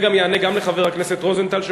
וזה יענה גם לחבר הכנסת רוזנטל,